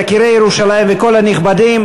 יקירי ירושלים וכל הנכבדים,